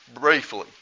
briefly